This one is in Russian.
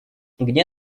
где